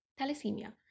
thalassemia